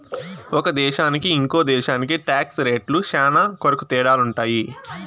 ఒక దేశానికి ఇంకో దేశానికి టాక్స్ రేట్లు శ్యానా కొరకు తేడాలుంటాయి